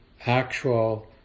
actual